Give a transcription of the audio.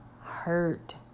hurt